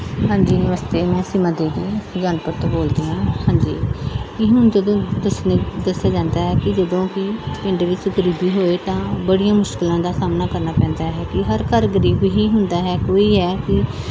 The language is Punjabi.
ਹਾਂਜੀ ਨਮਸਤੇ ਮੈਂ ਸੀਮਾ ਦੇਵੀ ਸੁਜਾਨਪੁਰ ਤੋਂ ਬੋਲਦੀ ਹਾਂ ਹਾਂਜੀ ਇਹ ਹੁਣ ਜਦੋਂ ਦੱਸਣੀ ਦੱਸਿਆ ਜਾਂਦਾ ਹੈ ਕਿ ਜਦੋਂ ਕਿ ਪਿੰਡ ਵਿੱਚ ਗਰੀਬੀ ਹੋਵੇ ਤਾਂ ਬੜੀਆਂ ਮੁਸ਼ਕਿਲਾਂ ਦਾ ਸਾਹਮਣਾ ਕਰਨਾ ਪੈਂਦਾ ਹੈ ਕਿ ਹਰ ਘਰ ਗਰੀਬ ਹੀ ਹੁੰਦਾ ਹੈ ਕੋਈ ਹੈ ਕਿ